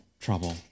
trouble